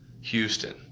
Houston